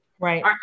Right